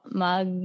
mag